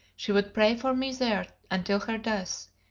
she would pray for me there until her death,